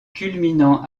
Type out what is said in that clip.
culminant